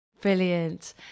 Brilliant